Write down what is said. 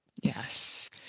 Yes